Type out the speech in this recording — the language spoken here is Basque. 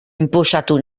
inposatu